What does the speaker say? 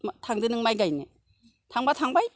मा थांदो नों माइ गायनो थांबा थांबाय